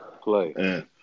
play